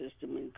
system